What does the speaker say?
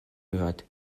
gehört